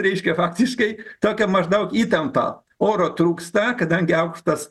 reiškia faktiškai tokią maždaug įtampą oro trūksta kadangi aukštas